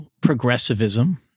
progressivism